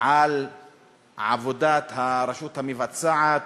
על עבודת הרשות המבצעת,